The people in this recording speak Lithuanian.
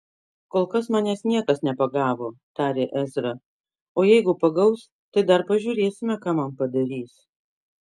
kol kas manęs niekas nepagavo tarė ezra o jeigu pagaus tai dar pažiūrėsime ką man padarys